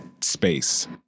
space